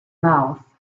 mouth